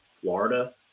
Florida